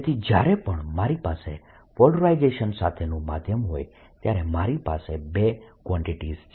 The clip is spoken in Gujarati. તેથી જ્યારે પણ મારી પાસે પોલરાઇઝેશન સાથેનું માધ્યમ હોય ત્યારે મારી પાસે બે કવાન્ટીટીઝ છે